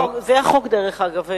זה החוק, דרך אגב.